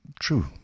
true